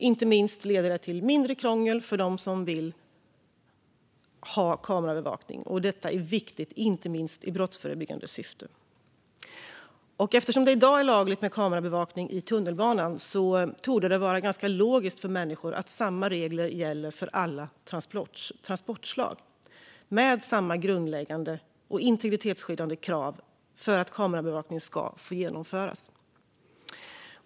Inte minst leder detta till mindre krångel för dem som vill ha kameraövervakning, och det är viktigt i brottsförebyggande syfte. Eftersom det i dag är lagligt med kameraövervakning i tunnelbanan torde det vara ganska logiskt för människor att samma regler gäller för alla transportslag med samma grundläggande och integritetsskyddande krav för att kameraövervakning ska få genomföras.